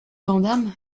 vandamme